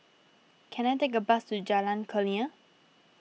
can I take a bus to Jalan Kurnia